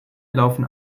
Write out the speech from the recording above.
laufen